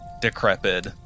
decrepit